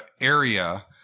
area